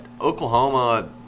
Oklahoma